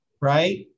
Right